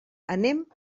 anem